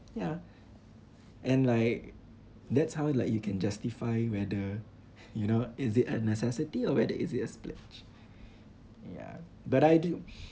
ya and like that's how like you can justify whether you know is it a necessity or whether is it a splurge ya but I do